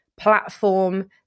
platform